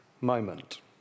moment